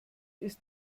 ist